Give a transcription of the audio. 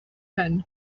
hano